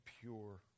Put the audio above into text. pure